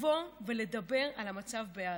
לדבר על המצב בעזה.